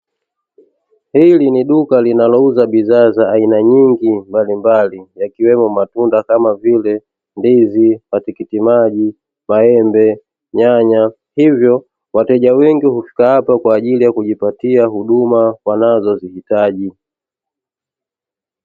Hili ni duka linalouza bidhaa za aina nyingi mbalimbali yakiwemo matunda kama vile ndizi, matikitimaji , maembe, nyanya hivyo wateja wengi hufika hapa kwa ajili ya kujipatia huduma wanazozihitaji.